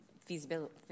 feasibility